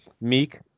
Meek